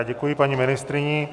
Děkuji paní ministryni.